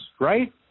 Right